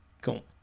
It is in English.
cool